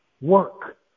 Work